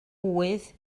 ŵydd